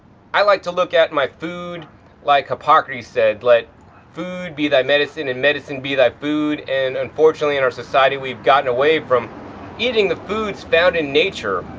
i like to look at my food like hippocrates said, let food be thy medicine and medicine be thy food. an unfortunately in our society we've gotten away from eating the foods found in nature.